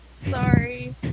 Sorry